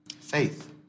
faith